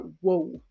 whoa